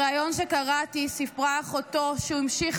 בריאיון שקראתי סיפרה אחותו שהוא המשיך